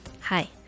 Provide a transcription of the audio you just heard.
Hi